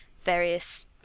various